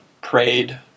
prayed